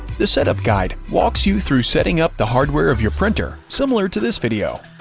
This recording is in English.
the setup guide walks you through setting up the hardware of your printer, similar to this video.